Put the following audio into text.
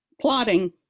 Plotting